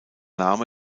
name